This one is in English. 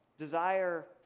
Desire